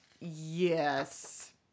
Yes